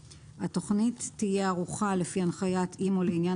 התוכנית תהיה ערוכה לפי הנחיית אימ"ו לעניין